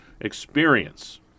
experience